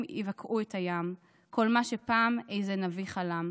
יבקעו את הים / כל מה שפעם איזה נביא חלם.